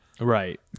Right